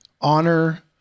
honor